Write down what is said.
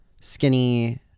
Skinny